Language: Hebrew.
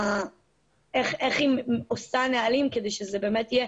איך היא מכינה נהלים כדי שזה יהיה